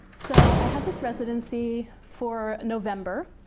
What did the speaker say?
so i had this residency for november,